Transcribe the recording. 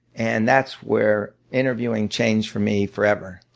and that's where interviewing changed for me forever.